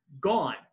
gone